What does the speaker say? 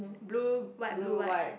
blue white blue white